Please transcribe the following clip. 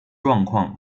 状况